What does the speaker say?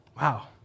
Wow